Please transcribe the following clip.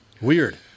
weird